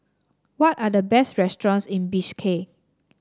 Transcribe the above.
what are the best restaurants in Bishkek